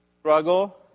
Struggle